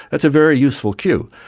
it's a very useful cue.